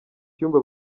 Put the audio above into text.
cyumba